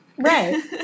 Right